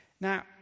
now